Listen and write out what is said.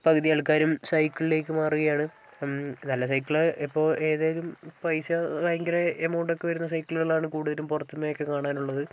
പകുതി ആൾക്കാരും സൈക്കിളിലേക്ക് മാറുകയാണ് നല്ല സൈക്കിൾ എപ്പോൾ ഏതെങ്കിലും പൈസ ഭയങ്കര എമൗണ്ട് ഒക്കെ വരുന്ന സൈക്കിളുകളാണ് കൂടുതലും പുറത്തൊക്കെ കാണാനുള്ളത്